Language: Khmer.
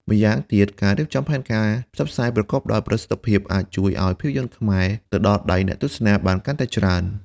ម្យ៉ាងទៀតការរៀបចំផែនការផ្សព្វផ្សាយប្រកបដោយប្រសិទ្ធភាពអាចជួយឲ្យភាពយន្តខ្មែរទៅដល់ដៃអ្នកទស្សនាបានកាន់តែច្រើន។